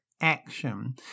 action